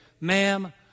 ma'am